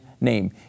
name